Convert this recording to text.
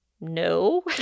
no